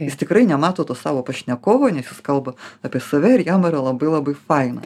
jis tikrai nemato to savo pašnekovo nes jis kalba apie save ir jam yra labai labai faina